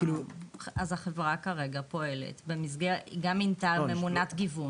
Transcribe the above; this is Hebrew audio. אז החברה כרגע פועלת, גם מינתה ממונת גיוון.